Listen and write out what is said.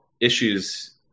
issues